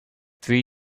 three